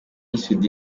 soudy